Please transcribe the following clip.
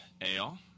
ale